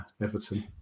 Everton